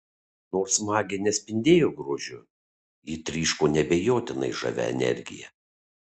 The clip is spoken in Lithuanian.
nors magė nespindėjo grožiu ji tryško neabejotinai žavia energija